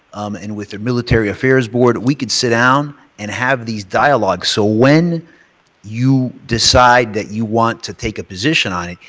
and with the military affairs board, we can sit down and have these dialogues. so when you decide you want to take a position on it,